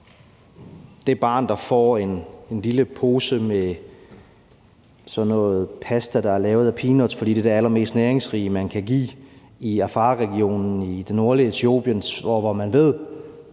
det barn, der får en lille pose med sådan noget pasta, der er lavet af peanuts, fordi det er det allermest næringsrige, man kan give i Afarregionen i det nordlige Etiopien, og hvor man ved,